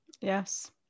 yes